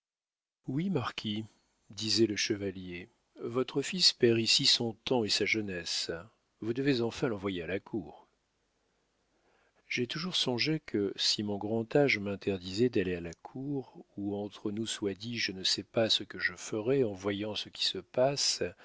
marquis oui marquis disait le chevalier votre fils perd ici son temps et sa jeunesse vous devez enfin l'envoyer à la cour j'ai toujours songé que si mon grand âge m'interdisait d'aller à la cour où entre nous soit dit je ne sais pas ce que je ferais en voyant ce qui se passe